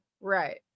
Right